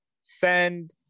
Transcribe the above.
send